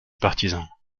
partisans